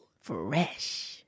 Fresh